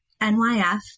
NYF